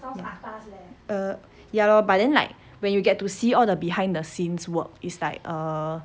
ya lor but then like when you get to see all the behind the scenes work is like err